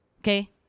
Okay